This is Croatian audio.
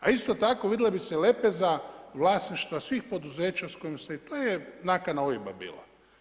A isto tako vidjela bi se lepeza vlasništva svih poduzeća s kojim se i to je nakana OIBA bila.